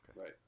Right